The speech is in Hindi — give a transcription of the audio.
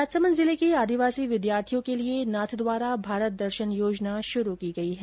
राजसमन्द जिले के आदिवासी विद्यार्थियों के लिये नाथद्वारा भारत दर्शन योजना शुरू की गई है